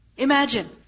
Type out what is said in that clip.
Imagine